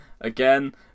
again